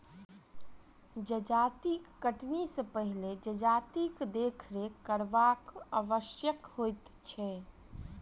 जजाति कटनी सॅ पहिने जजातिक देखरेख करब आवश्यक होइत छै